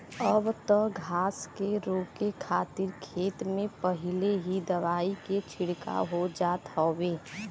अब त घास के रोके खातिर खेत में पहिले ही दवाई के छिड़काव हो जात हउवे